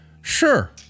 sure